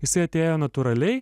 jisai atėjo natūraliai